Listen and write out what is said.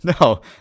No